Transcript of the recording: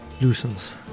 loosens